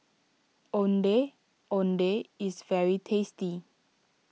Ondeh Ondeh is very tasty